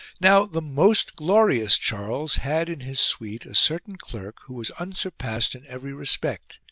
now the most glorious charles had in his suite a certain clerk who was unsurpassed in every respect.